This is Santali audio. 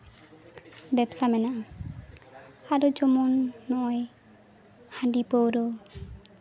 ᱵᱮᱵᱥᱟ ᱢᱮᱱᱟᱜᱼᱟ ᱟᱫᱚ ᱡᱮᱢᱚᱱ ᱱᱚᱜᱼᱚᱭ ᱦᱟᱺᱰᱤ ᱯᱟᱹᱣᱨᱟᱹ